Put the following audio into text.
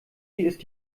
ist